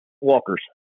Walkers